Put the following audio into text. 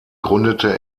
gründete